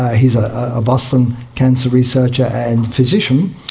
he's a boston cancer research ah and physician,